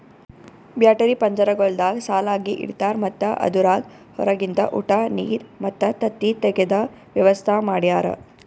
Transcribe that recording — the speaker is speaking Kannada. ಬ್ಯಾಟರಿ ಪಂಜರಗೊಳ್ದಾಗ್ ಸಾಲಾಗಿ ಇಡ್ತಾರ್ ಮತ್ತ ಅದುರಾಗ್ ಹೊರಗಿಂದ ಉಟ, ನೀರ್ ಮತ್ತ ತತ್ತಿ ತೆಗೆದ ವ್ಯವಸ್ತಾ ಮಾಡ್ಯಾರ